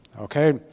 Okay